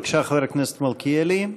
בבקשה, חבר הכנסת מלכיאלי.